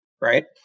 right